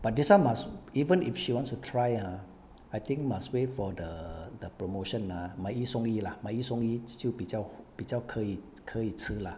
but this [one] must even if she wants to try ah I think must wait for the the promotion ah 买一送一啦买一送一就比较比较可以可以吃 lah